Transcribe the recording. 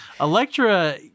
Electra